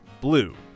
Blue